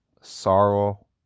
sorrow